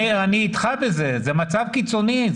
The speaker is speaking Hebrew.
מאיר, אני איתך בזה, זה מצב קיצוני.